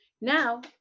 Now